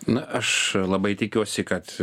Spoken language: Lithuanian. na aš labai tikiuosi kad